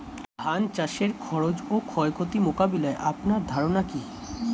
ধান চাষের খরচ ও ক্ষয়ক্ষতি মোকাবিলায় আপনার ধারণা কী?